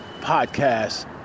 podcast